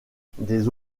des